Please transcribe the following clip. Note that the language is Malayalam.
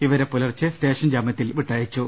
ഇവരെ പുലർച്ചെ സ്റ്റേഷൻ ജാമൃത്തിൽ വിട്ടയച്ചു